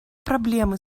проблемы